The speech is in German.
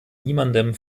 niemandem